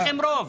אין לכם רוב.